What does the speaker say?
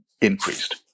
increased